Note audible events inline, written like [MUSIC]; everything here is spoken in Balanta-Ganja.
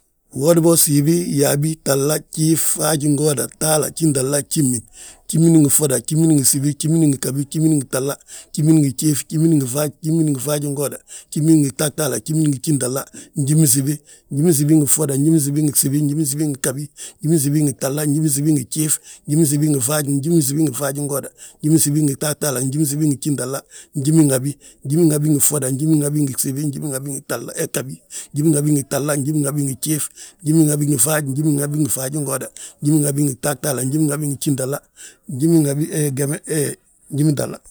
Bwodibo, gsiibi, yaabi, gtahla, gjiif, faaj, ngooda, gjintahla, gjimin, gjimin ngi ffoda, gjimin ngi gsbi, gjimin ngi ghabi, gjimin ngi gtahla, gjimin ngi gjiif, gjimin ngi faaj, gjimin ngi faajingooda, gjimin ngi gtahtaala, gjimin ngi gjintahla, njiminsibi, njiminsibi ngi ffoda, njiminsibi ngi gsibi, njiminsibi ngi ghabi, njiminsibi ngi gtahla, njiminsibi ngi gjiif, njiminsibi ngi faaj, njiminsibi ngi faajingooda, njiminsibi ngi gtahtaala, njiminsibi ngi gjintahla, njiminhabi, njiminhabi ngi ffoda, njiminhabi ngi gsibi, njiminhabi ngi ghabi, njiminhabi ngi gtahla, njiminhabi ngi gjiif, njiminhabi ngi faaj, njiminhabi ngi faajingooda, njiminhabi ngi gtahtaala, njiminhabi ngi gjintahla, njiminhabi, [HESITATION] he geme.